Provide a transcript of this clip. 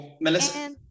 Melissa